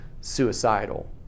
suicidal